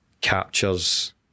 captures